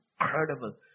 Incredible